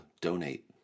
Donate